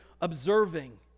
observing